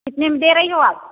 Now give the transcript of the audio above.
कितने में दे रही हो आप